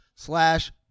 Slash